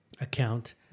Account